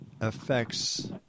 affects